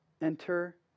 Enter